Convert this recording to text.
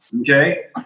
Okay